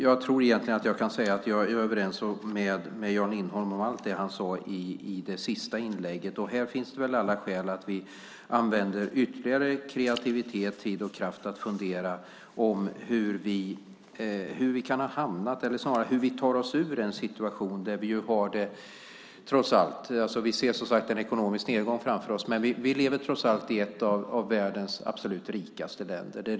Jag tror att jag kan säga att jag är överens med Jan Lindholm om allt det han sade i det sista inlägget. Det finns väl alla skäl att använda ytterligare kreativitet, tid och kraft till att fundera på hur vi tar oss ur den situation vi har. Vi ser en ekonomisk nedgång framför oss, men vi lever trots allt i ett av världens absolut rikaste länder.